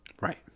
Right